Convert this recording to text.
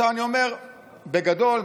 בגדול,